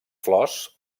flors